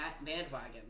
bandwagon